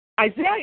Isaiah